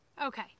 Okay